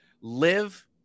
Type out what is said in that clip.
Live